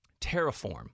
terraform